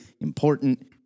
important